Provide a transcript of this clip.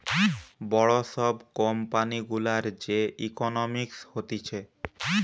বড় সব কোম্পানি গুলার যে ইকোনোমিক্স হতিছে